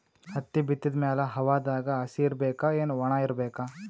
ಹತ್ತಿ ಬಿತ್ತದ ಮ್ಯಾಲ ಹವಾದಾಗ ಹಸಿ ಇರಬೇಕಾ, ಏನ್ ಒಣಇರಬೇಕ?